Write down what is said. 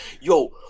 Yo